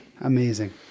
Amazing